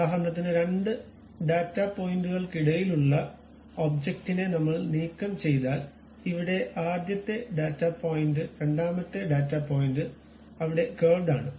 ഉദാഹരണത്തിന് രണ്ട് ഡാറ്റാ പോയിന്റുകൾക്കിടയിലുള്ള ഒബ്ജക്റ്റിനെ നമ്മൾ നീക്കം ചെയ്താൽ ഇവിടെ ആദ്യത്തെ ഡാറ്റാ പോയിന്റ് രണ്ടാമത്തെ ഡാറ്റ പോയിന്റ് അവിടെ കർവ്ഡ് ആണ്